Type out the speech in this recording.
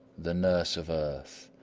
the nurse of earth,